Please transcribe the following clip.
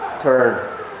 turn